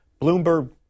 Bloomberg